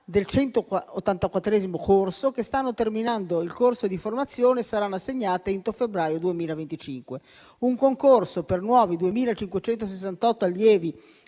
del 184° corso, che stanno terminando il corso di formazione e saranno assegnate entro febbraio 2025; un concorso per nuovi 2.568 allievi